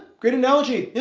great analogy. yeah,